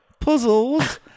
puzzles